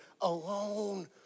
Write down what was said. alone